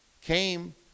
came